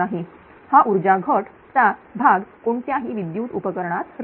हा ऊर्जा घट चा भागकोणत्याही विद्युत उपकरणात राहील